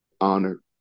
honor